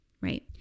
right